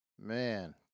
Man